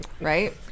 right